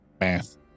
Math